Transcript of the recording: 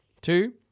two